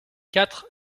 quatre